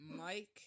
Mike